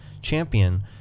champion